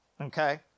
okay